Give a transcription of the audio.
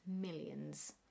millions